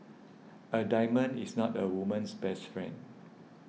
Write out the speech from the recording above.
a diamond is not a woman's best friend